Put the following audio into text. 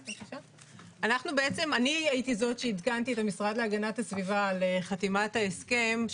אני עדכנתי את המשרד להגנת הסביבה על חתימת ההסכם.